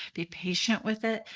be patient with it,